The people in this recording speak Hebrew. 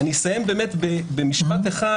אסיים במשפט אחד,